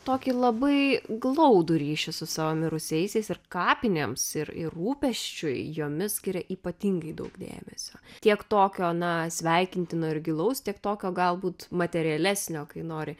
tokį labai glaudų ryšį su savo mirusiaisiais ir kapinėms ir ir rūpesčiui jomis skiria ypatingai daug dėmesio tiek tokio na sveikintino ir gilaus tiek tokio galbūt materialesnio kai nori